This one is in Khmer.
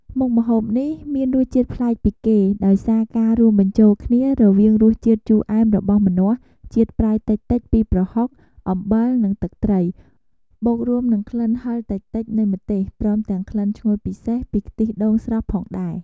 មុខម្ហូបនេះមានរសជាតិប្លែកពីគេ ដោយសារការរួមបញ្ចូលគ្នារវាងរសជាតិជូរអែមរបស់ម្នាស់ ជាតិប្រៃតិចៗពីប្រហុក អំបិល និងទឹកត្រី បូករួមនឹងក្លិនហឹរតិចៗនៃម្ទេស ព្រមទាំងក្លិនឈ្ងុយពិសេសពីខ្ទិះដូងស្រស់ផងដែរ។